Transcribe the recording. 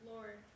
Lord